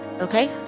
Okay